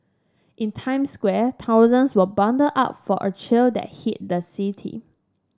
in Times Square thousands were bundled up for a chill that hit the city